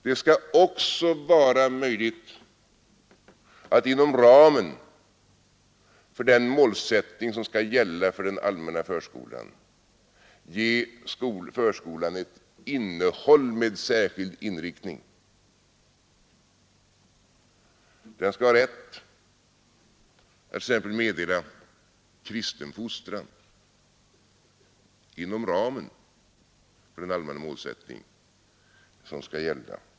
Det skall också vara möjligt att inom ramen för den målsättning som skall gälla för den allmänna förskolan ge förskolan ett innehåll med särskild inriktning. Den skall ha rätt att t.ex. meddela kristen fostran.